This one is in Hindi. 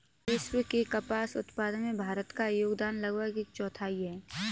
विश्व के कपास उत्पादन में भारत का योगदान लगभग एक चौथाई है